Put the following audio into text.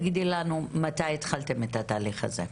מתי התחלתם את התהליך הזה?